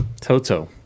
Toto